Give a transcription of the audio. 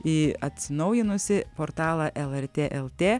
į atsinaujinusį portalą lrt lt